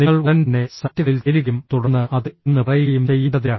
നിങ്ങൾ ഉടൻ തന്നെ സൈറ്റുകളിൽ ചേരുകയും തുടർന്ന് അതെ എന്ന് പറയുകയും ചെയ്യേണ്ടതില്ല